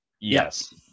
Yes